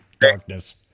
darkness